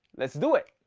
let's do it.